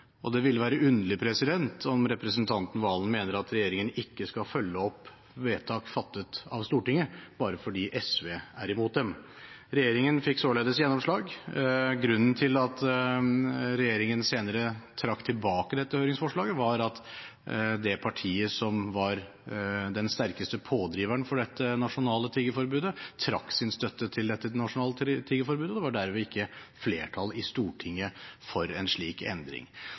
og det ville være underlig om representanten Serigstad Valen mener at regjeringen ikke skal følge opp vedtak fattet av Stortinget bare fordi SV er imot dem. Regjeringen fikk således gjennomslag. Grunnen til at regjeringen senere trakk tilbake dette høringsforslaget, var at det partiet som var den sterkeste pådriveren for dette nasjonale tiggeforbudet, trakk sin støtte til dette nasjonale tiggeforbudet, og det var derved ikke flertall i Stortinget for en slik endring.